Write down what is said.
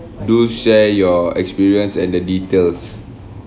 do share your experience and the details